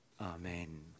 Amen